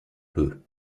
peu